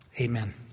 Amen